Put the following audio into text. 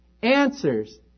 Answers